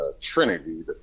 Trinity